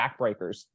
backbreakers